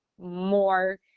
more